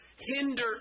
hinder